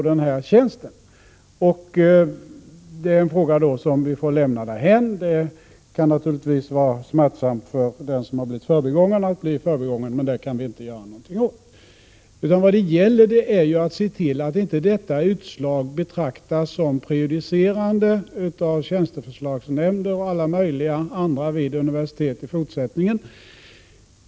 Det är en fråga som vi får lämna därhän, även om det naturligtvis kan vara smärtsamt att bli förbigången. Vad det gäller är att se till att detta utslag inte betraktas som prejudicerande av tjänsteförslagsnämnder och alla möjliga andra vid universiteten i fortsättningen.